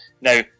Now